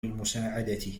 المساعدة